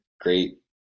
great